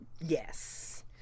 yes